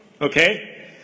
Okay